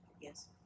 Yes